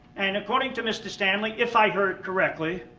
and according to mr. stanley, if i heard correctly,